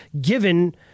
given